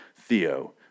Theo